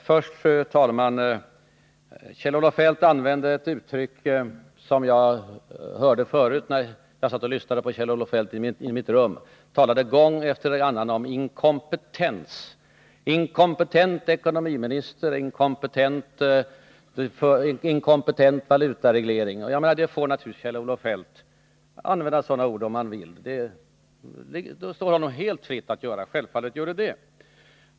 Fru talman! I sin replik använde Kjell-Olof Feldt ett uttryck som jag, när jag lyssnade på ett annat anförande av honom via radioapparaten i mitt rum, hörde honom säga gång på gång. Han talade om en ”inkompetent” ekonomiminister och om en ”inkompetent” valutareglering, och självfallet står det Kjell-Olof Feldt fritt att använda sig av sådana uttryck.